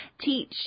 teach